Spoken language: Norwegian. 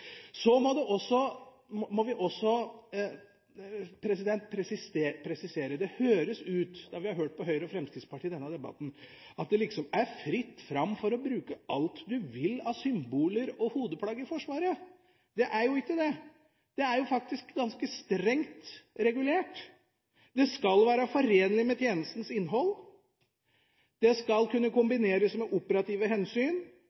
Så må vi også presisere, for det høres ut, når vi har hørt på Høyre og Fremskrittspartiet i denne debatten, at det liksom er fritt fram for å bruke alt man vil av symboler og hodeplagg i Forsvaret: Det er jo ikke det. Det er faktisk ganske strengt regulert. Det skal være forenlig med tjenestens innhold, det skal kunne kombineres med operative hensyn,